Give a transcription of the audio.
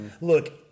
Look